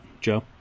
Joe